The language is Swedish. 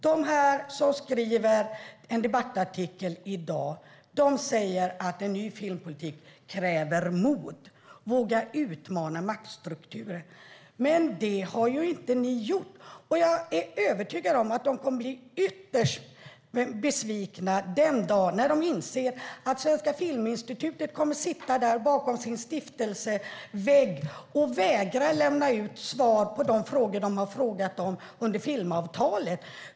De som har skrivit en debattartikel i dag säger att en ny filmpolitik kräver mod att utmana maktstrukturer. Men det har ni ju inte gjort. Jag är övertygad om att de kommer att bli ytterst besvikna den dag de inser att Svenska Filminstitutet kommer att sitta där bakom sin stiftelsevägg och vägra att lämna svar på de frågor de har ställt under filmavtalet.